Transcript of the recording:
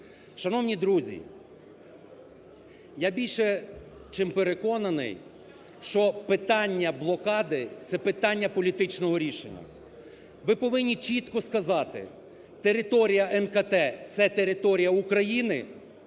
Шановні друзі, я більше чим переконаний, що питання блокади – це питання політичного рішення. Ви повинні чітко сказати: територія НКТ – це територія України